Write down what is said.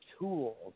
tools